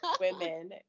women